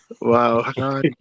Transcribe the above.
wow